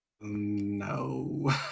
No